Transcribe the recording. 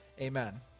Amen